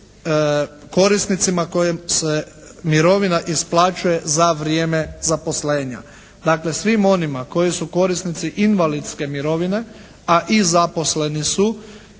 korisnicima kojima se mirovina isplaćuje za vrijeme zaposlenja. Dakle svima onima koji su korisnici invalidske mirovine, a i zaposleni su,